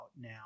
now